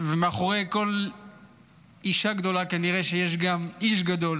ומאחורי כל אישה גדולה כנראה שיש גם איש גדול,